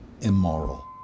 immoral